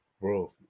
Bro